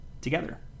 together